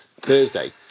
Thursday